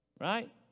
Right